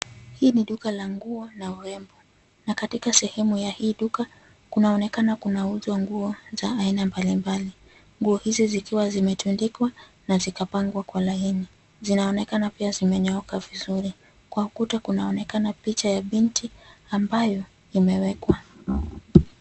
Hii ni duka la nguo na urembo. Na katika sehemu ya hii duka, kunaonekana kunauzwa nguo za aina mbalimbali, nguo hizi zikiwa zimetandikwa na zikapangwa kwa laini. Zinaonekana pia zimenyooka vizuri. Kwa kuta kunaonekana picha ya binti ambao imewekwa.